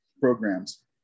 programs